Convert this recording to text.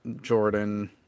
Jordan